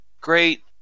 great